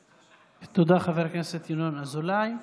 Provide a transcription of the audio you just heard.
תודה, חבר הכנסת ינון אזולאי.